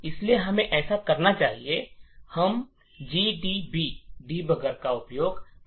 इसलिए हमें ऐसा करना चाहिए हम जीडीबी डिबगर का उपयोग करके ऐसा करेंगे